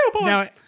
Now